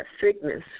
sickness